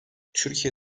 türkiye